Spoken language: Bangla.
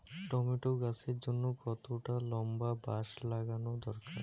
টমেটো গাছের জন্যে কতটা লম্বা বাস লাগানো দরকার?